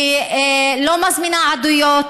היא לא מזמינה עדויות.